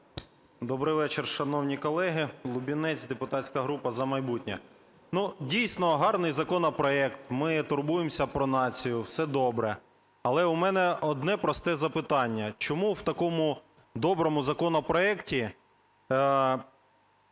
Добрий вечір, шановні колеги! Лубінець, депутатська група "За майбутнє". Ну, дійсно гарний законопроект, ми турбуємося про націю – все добре. Але у мене одне просте запитання: чому в такому доброму законопроекті